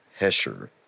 Hesher